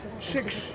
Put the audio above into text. six